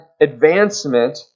advancement